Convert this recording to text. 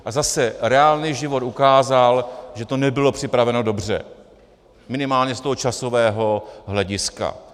A zase reálný život ukázal, že to nebylo připraveno dobře, minimálně z toho časového hlediska.